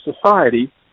society